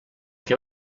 que